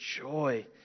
joy